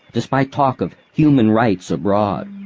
despite talk of human rights abroad,